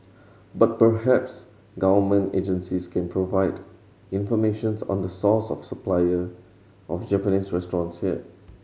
but perhaps Government agencies can provide information on the source of supplier of Japanese restaurants here